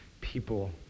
people